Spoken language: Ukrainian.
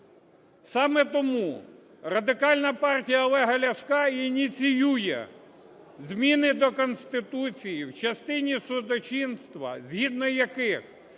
Саме тому Радикальна партія Олега Ляшка ініціює зміни до Конституції в частині судочинства, згідно яких